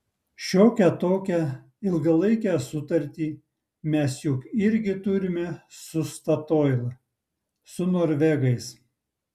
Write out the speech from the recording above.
šiokią tokią ilgalaikę sutartį mes juk irgi turime su statoil su norvegais